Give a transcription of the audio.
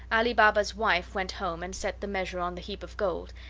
ali baba's wife went home and set the measure on the heap of gold,